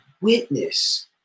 witness